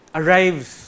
arrives